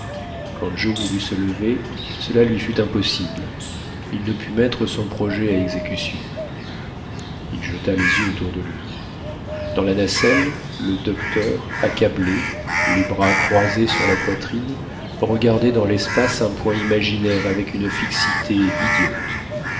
quand joe voulut se lever cela lui fut impossible il ne put mettre son projet à exécution il jeta les yeux autour de lui dans la nacelle le docteur accablé les bras croisés sur la poitrine regardait dans l'espace un point imaginaire avec une fixité idiote